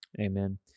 Amen